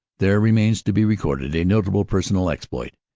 there remains to be recorded a notable personal exploit.